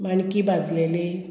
माणकी भाजलेली